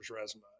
resume